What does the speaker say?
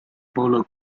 polo